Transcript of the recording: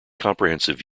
comprehensive